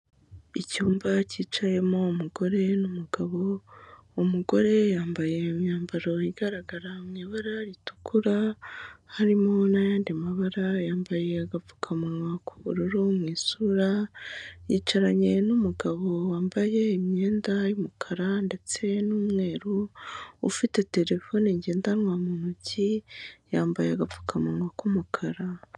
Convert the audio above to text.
Icyumba cyicayemo umugore n'umugabo, umugore yambaye imyambaro igaragara mu ibara ritukura, harimo n'ayandi mabara, yambaye agapfukamunwa k'ubururu mu isura, yicaranye n'umugabo wambaye imyenda y'umukara ndetse n'umweru, ufite terefone ngendanwa mu ntoki, yambaye agapfukamunwa k'umukara.